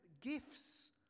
gifts